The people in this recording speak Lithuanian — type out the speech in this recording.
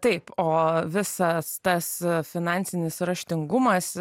taip o visas tas finansinis raštingumas